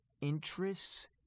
Interests